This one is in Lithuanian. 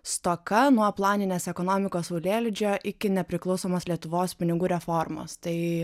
stoka nuo planinės ekonomikos saulėlydžio iki nepriklausomos lietuvos pinigų reformos tai